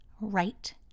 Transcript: right